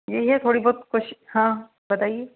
ये ये थोड़ी बहुत कुछ हाँ बताइए